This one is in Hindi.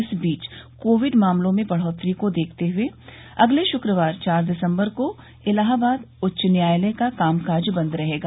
इस बीच कोविड मामलों में बढ़ोतरी को देखते हुए अगले शुक्रवार चार दिसंबर को इलाहाबाद उच्च न्यायालय का कामकाज बंद रहेगा